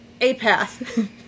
apath